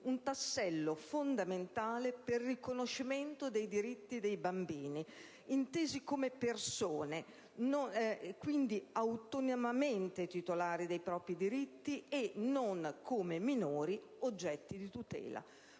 un tassello fondamentale per il riconoscimento dei diritti dei bambini intesi come persone e, quindi, autonomamente titolari dei propri diritti e non come minori oggetto di tutela.